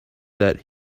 that